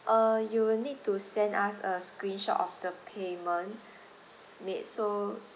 uh you will need to send us a screen shot of the payment made so